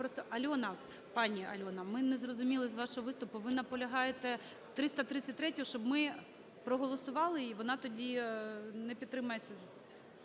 Просто, Альона… пані Альона, ми не зрозуміли з вашого виступу, ви наполягаєте 333, щоб ми проголосували її? Вона тоді не підтримається…